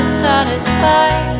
Satisfied